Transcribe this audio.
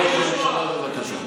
אדוני ראש הממשלה, בבקשה.